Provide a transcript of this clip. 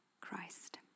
Christ